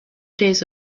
days